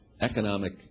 economic